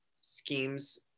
schemes